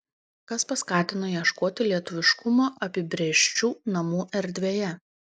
kas paskatino ieškoti lietuviškumo apibrėžčių namų erdvėje